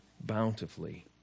bountifully